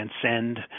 transcend